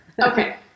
Okay